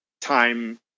time